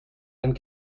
and